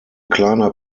kleiner